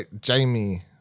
Jamie